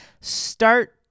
start